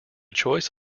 choice